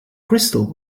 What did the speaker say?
crystal